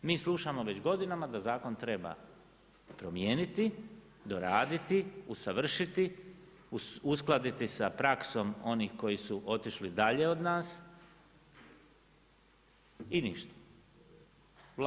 Mi slušamo već godinama da zakon treba promijeniti, doraditi, usavršiti, uskladiti sa praksom onih koji su otišli dalje od nas i ništa.